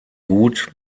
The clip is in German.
gut